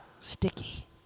sticky